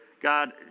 God